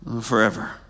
forever